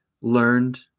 learned